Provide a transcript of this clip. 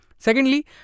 Secondly